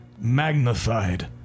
magnified